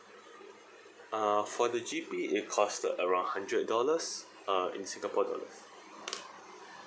uh for the G_P it costed around hundred dollars uh in singapore dollar